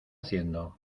haciendo